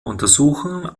untersuchungen